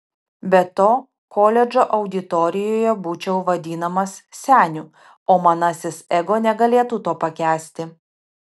be to koledžo auditorijoje būčiau vadinamas seniu o manasis ego negalėtų to pakęsti